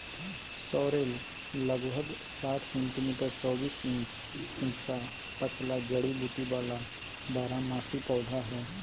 sorrel लगभग साठ centimetre चौबीस इंच ऊंचा पतला जड़ी बूटी वाला बारहमासी पौधा हइ